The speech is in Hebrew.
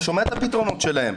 אני שומע את הפתרון שלהם.